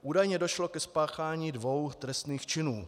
Údajně došlo ke spáchání dvou trestných činů.